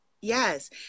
Yes